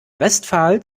westphal